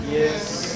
Yes